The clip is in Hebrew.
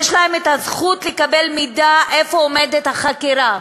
יש להם זכות לקבל מידע איפה עומדת החקירה,